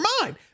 mind